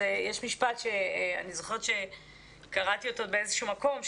אז יש משפט שאני זוכרת שקראתי אותו באיזשהו מקום,